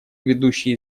ведущий